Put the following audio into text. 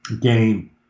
game